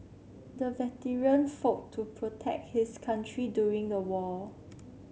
the veteran fought to protect his country during the war